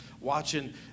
watching